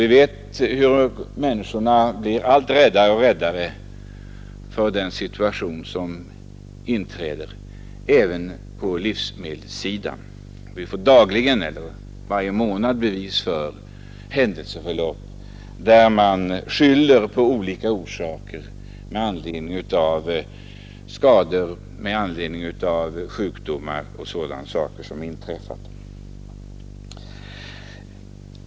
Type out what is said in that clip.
Vi vet hur människor blir alltmera rädda för den situation som inträder även på livsmedelssidan. Vi får dagligen eller åtminstone varje månad rapporter om händelseförlopp där man skyller sjukdomar och annat på olika orsaker på livsmedelssidan.